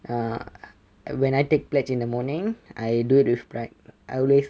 err at when I take pledge in the morning I do it with pride I always